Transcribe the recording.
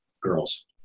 girls